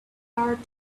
art